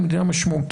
היא מדינה משמעותית.